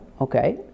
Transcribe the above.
Okay